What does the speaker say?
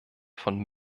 von